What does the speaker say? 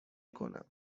کنم